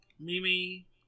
Mimi